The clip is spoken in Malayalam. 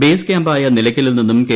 ബേസ് ക്യാമ്പായ നിലക്കലിൽ നിന്നും കെ